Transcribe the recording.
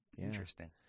Interesting